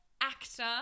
actor